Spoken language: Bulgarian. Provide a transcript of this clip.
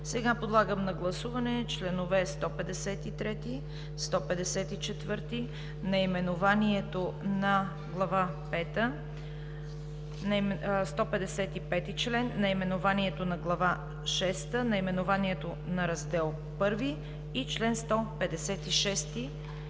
Подлагам на гласуване членове 153, 154, наименованието на Глава V, чл. 155, наименованието на Глава VI, наименованието на Раздел I и чл. 156,